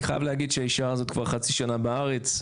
אני חייב להגיד שהאישה הזאת כבר חצי שנה בארץ.